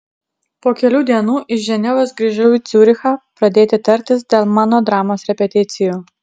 po kelių dienų iš ženevos grįžau į ciurichą pradėti tartis dėl mano dramos repeticijų